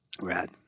Rad